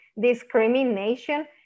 discrimination